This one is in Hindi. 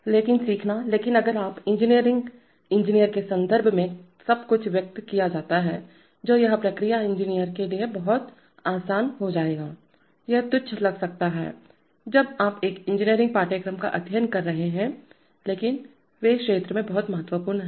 लेकिन सीखना लेकिन अगर आप इंजीनियरिंग इंजीनियर के संदर्भ में सब कुछ व्यक्त किया जाता है तो यह प्रक्रिया इंजीनियर के लिए बहुत आसान हो जाएगा ये हैं यह तुच्छ लग सकता है जब आप एक इंजीनियरिंग पाठ्यक्रम का अध्ययन कर रहे हैं लेकिन वे क्षेत्र में बहुत महत्वपूर्ण है